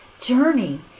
Journey